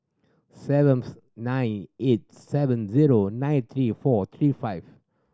seventh nine eight seven zero nine three four three five